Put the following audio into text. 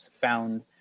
found